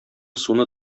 суны